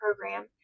program